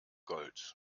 gold